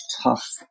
tough